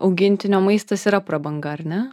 augintinio maistas yra prabanga ar ne